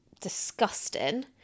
disgusting